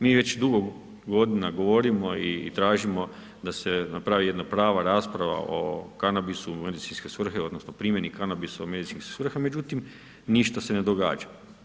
Mi već dugo godina govorimo i tražimo da se napravi jedna prava rasprava o kanabisu u medicinske svrhe, odnosno primjene kanabise u medicinske svrhe, međutim, ništa se ne događa.